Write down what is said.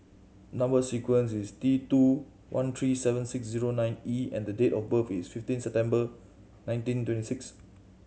number sequence is T two one three seven six zero nine E and date of birth is fifteen September nineteen twenty six